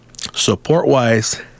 support-wise